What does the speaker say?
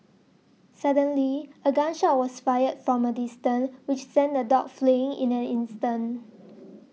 suddenly a gun shot was fired from a distance which sent the dogs fleeing in an instant